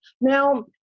Now